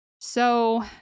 So-